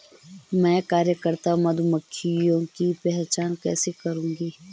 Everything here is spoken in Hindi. मैं कार्यकर्ता मधुमक्खियों की पहचान कैसे करूंगी?